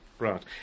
Right